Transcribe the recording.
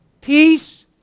Peace